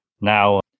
Now